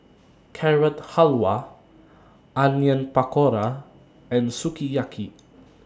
Carrot Halwa Onion Pakora and Sukiyaki